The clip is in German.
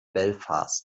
belfast